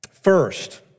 First